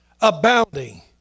abounding